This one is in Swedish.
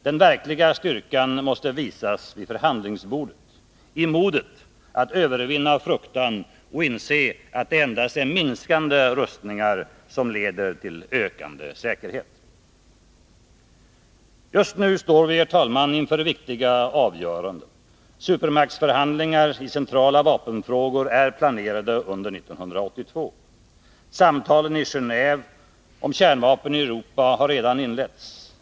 Den verkliga styrkan måste visas vid förhandlingsbordet, i modet att övervinna fruktan och inse att det endast är minskande rustningar som leder till ökande säkerhet. Just nu står vi, herr talman, inför viktiga avgöranden. Supermaktsförhandlingar i centrala vapenfrågor är planerade under 1982. Samtalen i Gendve om kärnvapen i Europa har redan inletts.